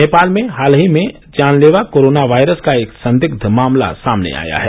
नेपाल में हाल ही में जानलेवा कोरोना वायरस का एक संदिग्ध मामला सामने आया है